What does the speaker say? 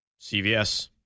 CVS